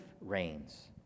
reigns